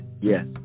Yes